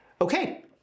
Okay